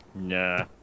Nah